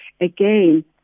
again